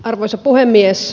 arvoisa puhemies